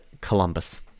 Columbus